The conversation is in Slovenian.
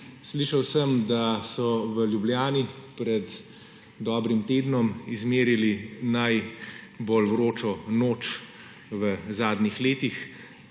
Slišal sem, da so v Ljubljani pred dobrim tednom izmerili najbolj vročo noč v zadnjih letih.